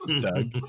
Doug